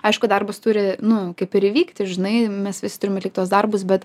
aišku darbas turi nu kaip ir įvykti žinai mes visi turim atlikt tuos darbus bet